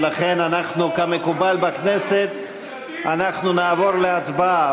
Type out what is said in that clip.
ולכן כמקובל בכנסת אנחנו נעבור להצבעה.